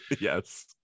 Yes